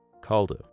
Calder